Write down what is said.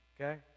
okay